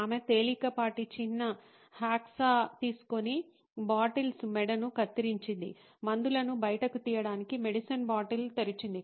ఆమె తేలికపాటి చిన్న హాక్సా తీసుకొని బాటిల్స్ మెడను కత్తిరించి మందులను బయటకు తీయడానికి మెడిసిన్ బాటిల్ తెరిచింది